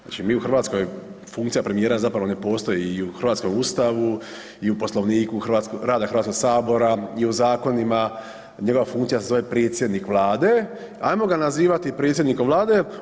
Znači mi u Hrvatskoj funkcija premijera zapravo ne postoji i u hrvatskom Ustavu i u Poslovniku rada Hrvatskog sabora i u zakonima njegova funkcija se zove predsjednik Vlade i ajmo ga nazivati predsjednikom Vlade.